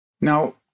Now